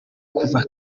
kuva